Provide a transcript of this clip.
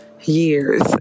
years